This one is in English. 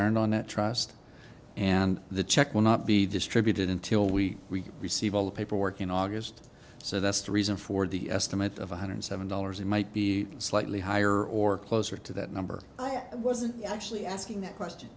earned on that trust and the check will not be distributed until we receive all the paperwork in august so that's the reason for the estimate of one hundred seven dollars it might be slightly higher or closer to that number i wasn't actually asking that question